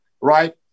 right